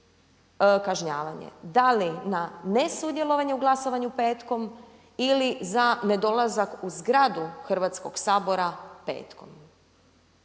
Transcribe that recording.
kažnjavanje, da li na nesudjelovanje u glasovanju petkom ili za nedolazak u zgradu Hrvatskoga sabora petkom.